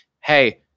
Hey